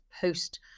post